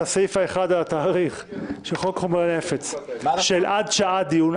הסעיף האחד של התאריך של חוק חומרי נפץ עד שעה דיון,